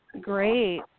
Great